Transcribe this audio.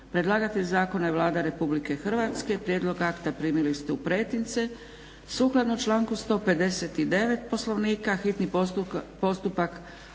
Predlagatelj zakona je Vlada Republike Hrvatske, prijedlog akta primili ste u pretince. Sukladno članku 159. Poslovnika hitni postupak